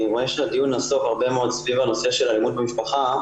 אני רואה שהדיון נסוב הרבה מאוד סביב הנושא של אלימות במשפחה,